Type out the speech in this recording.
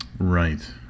Right